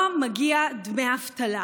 לא מגיעים דמי אבטלה.